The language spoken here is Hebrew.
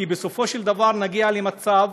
כי בסופו של דבר נגיע למצב,